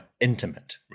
intimate